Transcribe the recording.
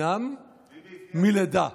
חינם מלידה".